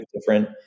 different